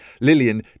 Lillian